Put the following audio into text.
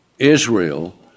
Israel